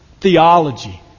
theology